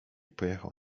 pojechał